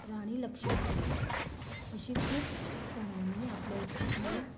राणी लक्ष्मीबाई अशींखूब जाणांनी आपलो जीव